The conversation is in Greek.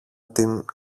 την